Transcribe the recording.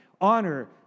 honor